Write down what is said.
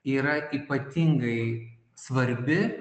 yra ypatingai svarbi